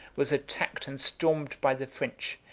was attacked and stormed by the french,